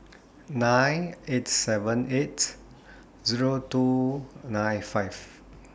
nine eight seven eight Zero two nine five